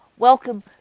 Welcome